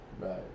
Right